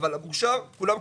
אבל במוכש"ר כולם קיבלו.